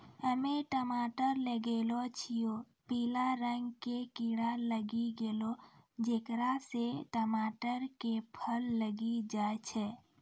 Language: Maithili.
हम्मे टमाटर लगैलो छियै पीला रंग के कीड़ा लागी गैलै जेकरा से टमाटर के फल गली जाय छै?